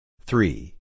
Three